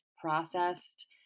processed